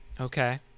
Okay